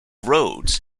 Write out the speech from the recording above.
rhodes